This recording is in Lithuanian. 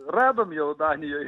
radom jau danijoj